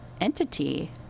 entity